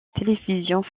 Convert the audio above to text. télévision